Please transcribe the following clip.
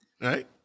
Right